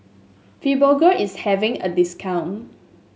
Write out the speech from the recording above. fibogel is having a discount